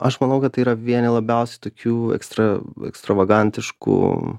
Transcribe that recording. aš manau kad tai yra vieni labiausiai tokių ekstra ekstravagantiškų